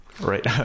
Right